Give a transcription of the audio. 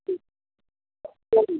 വരും